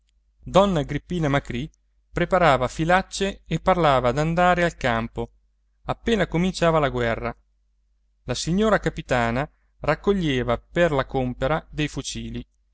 donna agrippina macrì preparava filacce e parlava d'andare al campo appena cominciava la guerra la signora capitana raccoglieva per la compera dei fucili